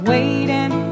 Waiting